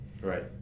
Right